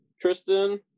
Tristan